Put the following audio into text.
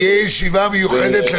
תהיה ישיבה מיוחדת לתודות.